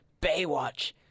Baywatch